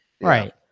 Right